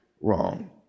wrong